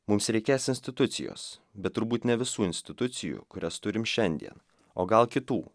mums reikės institucijos bet turbūt ne visų institucijų kurias turim šiandien o gal kitų